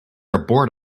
abort